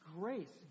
grace